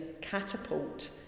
catapult